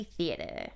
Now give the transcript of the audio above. Theater